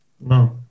No